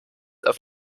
auf